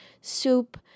soup